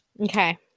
Okay